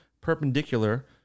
perpendicular